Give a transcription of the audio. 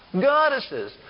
goddesses